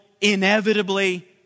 inevitably